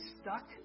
stuck